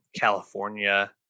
california